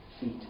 feet